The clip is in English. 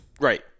Right